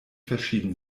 verschieden